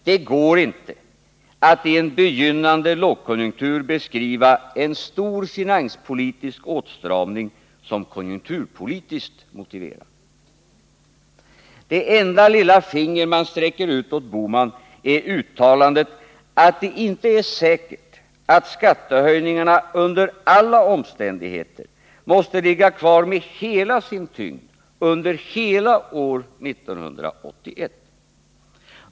Det går inte att i en begynnande lågkonjunktur beskriva en stor finanspolitisk åtstramning som konjunkturpolitiskt motiverad. Det enda lilla finger man sträcker ut åt Gösta Bohman är uttalandet att det inte är säkert att skattehöjningarna under alla omständigheter måste ligga kvar med hela sin tyngd under hela år 1981.